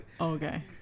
Okay